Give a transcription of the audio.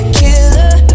killer